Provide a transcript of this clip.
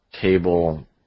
table